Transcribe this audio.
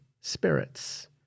spirits